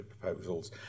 proposals